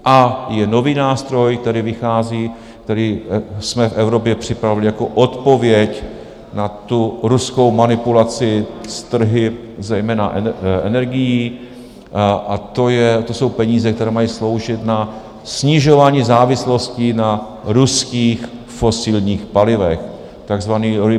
A je nový nástroj, který vychází, který jsme v Evropě připravili jako odpověď na ruskou manipulaci s trhy, zejména energií, a to jsou peníze, které mají sloužit na snižování závislostí na ruských fosilních palivech, takzvaný REPowerEU.